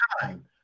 time